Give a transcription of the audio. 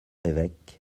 évêque